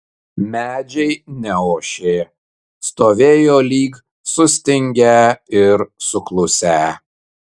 medžiai neošė stovėjo lyg sustingę ir suklusę